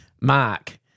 Mark